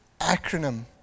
acronym